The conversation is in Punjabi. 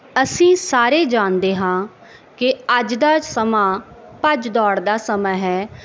ਅਸੀਂ ਸਾਰੇ ਜਾਣਦੇ ਹਾਂ ਕਿ ਅੱਜ ਦਾ ਸਮਾਂ ਭੱਜ ਦੌੜ ਦਾ ਸਮਾਂ ਹੈ